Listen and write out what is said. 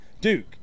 duke